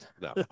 No